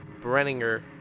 Brenninger